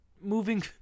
moving